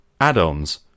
Add-ons